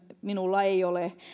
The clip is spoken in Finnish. minulla ei ole